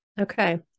Okay